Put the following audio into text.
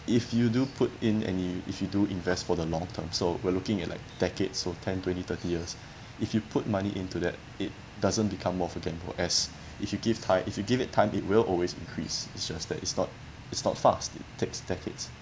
if you do put in any if you do invest for the long term so we're looking at like decades for ten twenty thirty years if you put money into that it doesn't become more of a gamble as if you give ti~ if you give it time it will always increase it's just that it's not it's not fast it takes decades